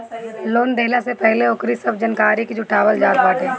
loan देहला से पहिले ओकरी सब जानकारी के जुटावल जात बाटे